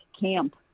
Camp